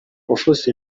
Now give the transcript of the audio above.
uvuze